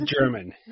German